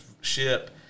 ship